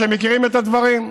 שמכירים את הדברים,